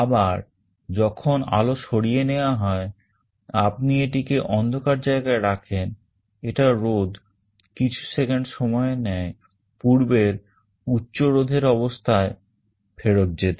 আবার যখন আলো সরিয়ে নেয়া হয় আপনি এটিকে অন্ধকার জায়গায় রাখেন এটার রোধ কিছু সেকেন্ড সময় নেয় পূর্বের উচ্চ রোধ এর অবস্থায় ফেরত যেতে